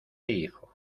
hijo